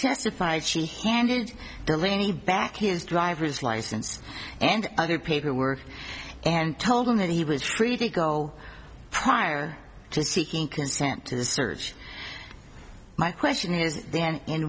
testified she handed deline back his driver's license and other paperwork and told him that he was free to go prior to seeking consent to search my question is then in